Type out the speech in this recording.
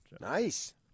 Nice